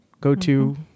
go-to